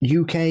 UK